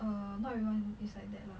err not everyone is like that lah